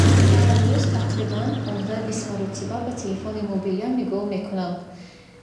Ман ҳар рӯз тақрибан понздаҳ-бист маротиба ба телефони мобилиам нигоҳ мекунам.